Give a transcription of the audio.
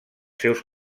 seus